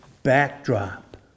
backdrop